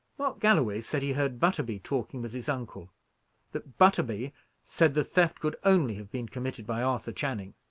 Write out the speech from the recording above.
mark galloway said he heard butterby talking with his uncle that butterby said the theft could only have been committed by arthur channing.